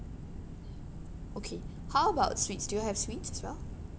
okay how about suites do you all have suites as well